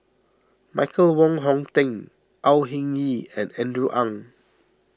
Michael Wong Hong Teng Au Hing Yee and Andrew Ang